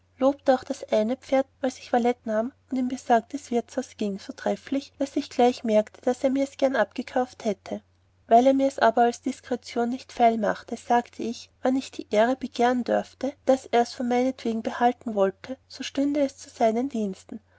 lobte auch das eine pferd als ich valet nahm und in besagtes wirtshaus gieng so trefflich daß ich gleich merkte daß er mirs gern abgekauft hätte weil er mirs aber aus diskretion nicht feil machte sagte ich wann ich die ehre begehren dorfte daß ers von meinetwegen behalten wollte so stünde es zu seinen diensten